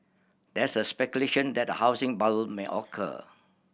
there is speculation that a housing bubble may occur